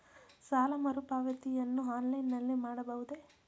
ಸಾಲ ಮರುಪಾವತಿಯನ್ನು ಆನ್ಲೈನ್ ನಲ್ಲಿ ಮಾಡಬಹುದೇ?